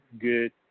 good